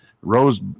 rose